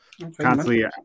Constantly